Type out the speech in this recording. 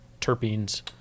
terpenes